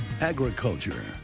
Agriculture